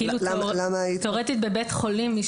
תיאורטית מי